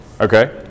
Okay